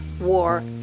war